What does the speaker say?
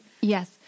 Yes